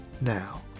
now